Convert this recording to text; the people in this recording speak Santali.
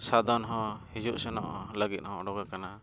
ᱥᱟᱫᱚᱢ ᱦᱚᱸ ᱦᱤᱡᱩᱜᱼᱥᱮᱱᱚᱜ ᱞᱟᱹᱜᱤᱫ ᱦᱚᱸ ᱩᱰᱩᱠ ᱟᱠᱟᱱᱟ